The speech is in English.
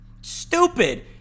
Stupid